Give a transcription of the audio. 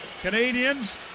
Canadians